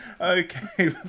Okay